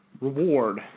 reward